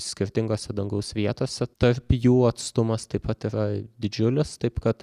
skirtingose dangaus vietose tarp jų atstumas taip pat yra didžiulis taip kad